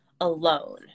alone